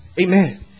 amen